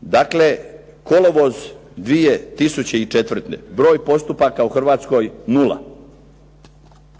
Dakle, kolovoz 2004. broj postupaka u Hrvatskoj nula,